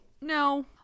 no